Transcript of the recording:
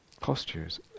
Postures